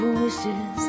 wishes